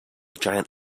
giant